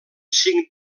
cinc